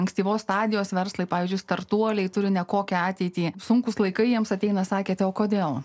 ankstyvos stadijos verslai pavyzdžiui startuoliai turi nekokią ateitį sunkūs laikai jiems ateina sakėte o kodėl